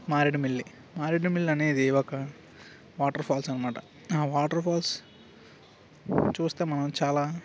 Maredumilli Maredu mill అనేది ఒక waterfalls అన్నమాట ఆ వాటర్ఫాల్స్ చూస్తే మనం చాలా